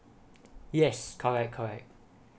yes correct correct